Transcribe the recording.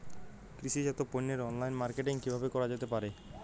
কৃষিজাত পণ্যের online marketing কিভাবে করা যেতে পারে?